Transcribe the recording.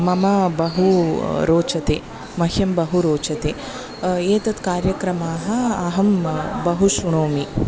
मम बहु रोचते मह्यं बहु रोचते एतत् कार्यक्रमाः अहं बहु श्रुणोमि